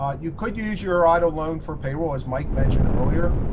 ah you could use your eidl loan for payroll as mike mentioned earlier